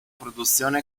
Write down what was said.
produzione